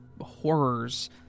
horrors